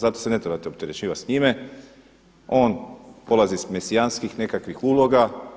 Zato se ne trebate opterećivati s njime, on polazi s mesijanskih nekakvih uloga.